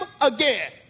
again